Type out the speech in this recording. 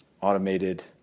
Automated